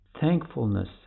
thankfulness